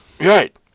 Right